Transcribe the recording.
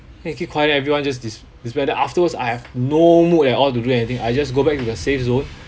then he keep quiet everyone just dis~ disband then afterwards I have no mood at all to do anything I just go back to the safe zone